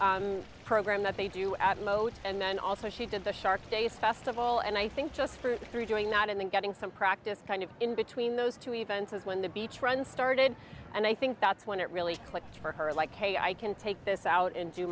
day program that they do at most and then also she did the shark days festival and i think just for through doing not and then getting some practice kind of in between those two events is when the beach run started and i think that's when it really clicked for her like hey i can take this out and do